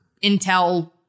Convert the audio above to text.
intel